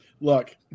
Look